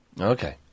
Okay